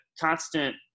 constant